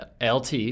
lt